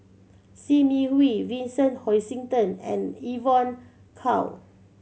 Sim Yi Hui Vincent Hoisington and Evon Kow